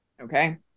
Okay